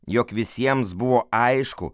jog visiems buvo aišku